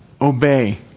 obey